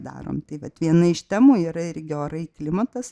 darom tai vat viena iš temų yra irgi orai klimatas